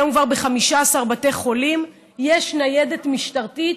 היום כבר ב-15 בתי חולים יש ניידת משטרתית.